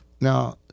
Now